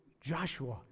Joshua